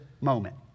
moment